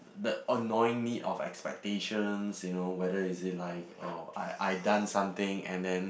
the annoying need of expectations you know whether is it like oh I I done something and then